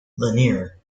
lanier